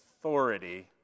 authority